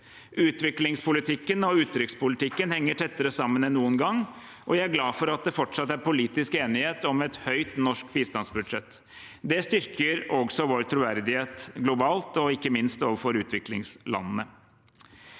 Utviklingspolitikken og utenrikspolitikken henger tettere sammen enn noen gang, og jeg er glad for at det fortsatt er politisk enighet om et høyt norsk bistandsbudsjett. Det styrker også vår troverdighet globalt og ikke minst overfor utviklingslandene.